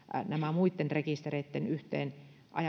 muitten rekistereitten